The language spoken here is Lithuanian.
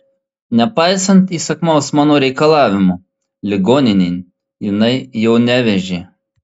nepaisant įsakmaus mano reikalavimo ligoninėn jinai jo nevežė